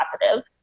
positive